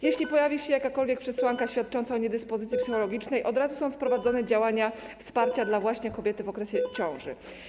Jeśli pojawi się jakakolwiek przesłanka świadcząca o niedyspozycji psychologicznej, od razu są wprowadzone działania wsparcia dla kobiety w okresie ciąży.